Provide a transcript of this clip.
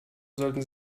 sollten